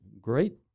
great